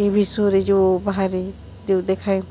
ଟି V ସୋରେ ଯେଉଁ ବାହାରେ ଯେଉଁ ଦେଖାଏ